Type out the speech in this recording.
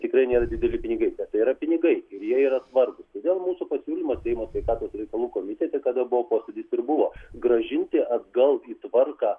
tikrai nėra dideli pinigai bet tai yra pinigai ir jie yra svarbūs todėl mūsų pasiūlymas seimo sveikatos reikalų komitete kada buvo posėdis ir buvo grąžinti atgal į tvarką